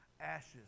ashes